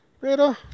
Pero